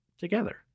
together